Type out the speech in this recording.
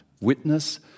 witness